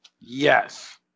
Yes